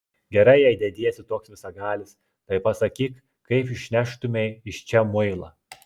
gerai jei dediesi toks visagalis tai pasakyk kaip išneštumei iš čia muilą